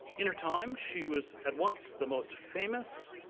in her time she was at once the most famous,